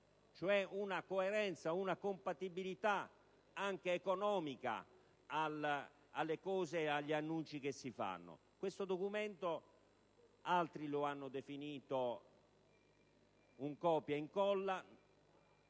una coerenza, una compatibilità anche economica con gli annunci che si fanno. Questo documento altri lo hanno definito un «copia e incolla»,